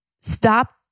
stop